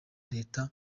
leta